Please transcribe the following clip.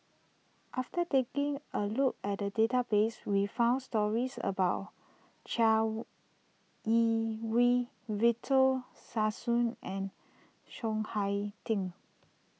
after taking a look at the database we found stories about Chai Yee Wei Victor Sassoon and Chiang Hai Ding